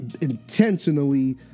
intentionally